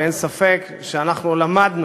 ואין ספק שאנחנו למדנו,